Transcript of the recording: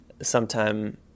Sometime